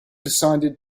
decided